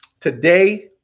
Today